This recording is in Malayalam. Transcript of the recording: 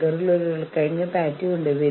തുടർന്ന് നമ്മൾ സംയോജിത വിലപേശലിനായി പോകുന്നു